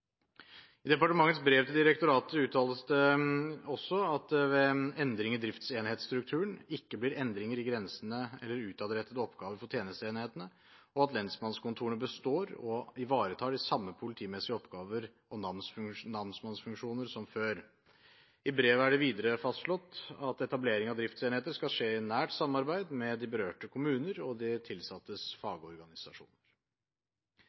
I departementets brev til direktoratet uttales det også at det ved endring i driftsenhetsstrukturen ikke blir endringer i grensene eller i utadrettete oppgaver for tjenesteenhetene, og at lensmannskontorene består og ivaretar de samme politimessige oppgaver og namsmannsfunksjoner som før. I brevet er det videre fastslått at etablering av driftsenheter skal skje i nært samarbeid med de berørte kommuner og de tilsattes